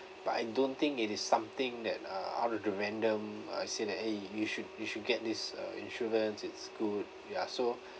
but I don't think it is something that uh out of the random uh say that eh you should you should get this uh insurance it's good ya so